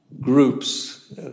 groups